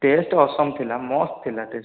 test ଅସମ୍ ଥିଲା ମସ୍ତ୍ ଥିଲା ଟେଷ୍ଟ୍